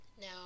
Now